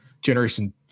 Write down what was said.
Generation